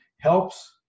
helps